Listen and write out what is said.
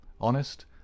honest